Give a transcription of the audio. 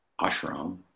ashram